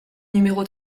numéro